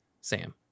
Sam